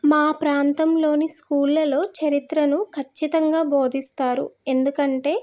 మా ప్రాంతంలోని స్కూళ్ళలో చరిత్రను ఖచ్చితంగా బోధిస్తారు ఎందుకంటే